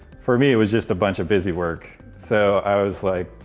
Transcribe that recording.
for me it was just a bunch of busywork, so i was like,